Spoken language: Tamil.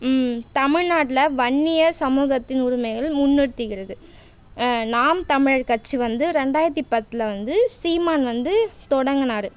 தமிழ்நாட்டில வன்னியர் சமூகத்தின் உரிமைகள் முன்னிறுத்துகிறது நாம் தமிழர் கட்சி வந்து ரெண்டாயிரத்து பத்தில் வந்து சீமான் வந்து தொடங்கனார்